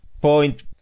point